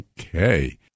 Okay